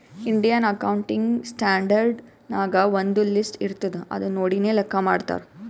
Indian accounting standard ನಾಗ್ ಒಂದ್ list ಇರ್ತುದ್ ಅದು ನೋಡಿನೇ ಲೆಕ್ಕಾ ಮಾಡ್ತಾರ್